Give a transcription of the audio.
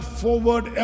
forward